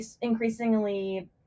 increasingly